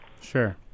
Sure